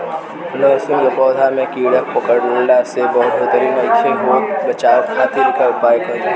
लहसुन के पौधा में कीड़ा पकड़ला से बढ़ोतरी नईखे होत बचाव खातिर का उपाय करी?